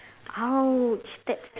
!ouch! that's